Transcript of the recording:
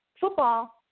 football